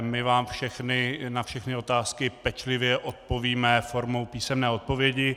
My vám na všechny otázky pečlivě odpovíme formou písemné odpovědi.